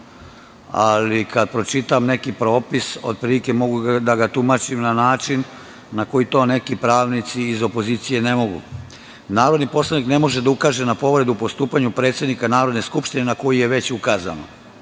ali kada pročitam neki propis, otprilike mogu da ga tumačim na način na koji to neki pravnici iz opozicije ne mogu."Narodni poslanik ne može da ukaže na povredu u postupanju predsednika Narodne skupštine na koju je već ukazano".